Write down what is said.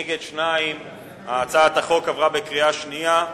נגד, 2. הצעת החוק עברה בקריאה שנייה.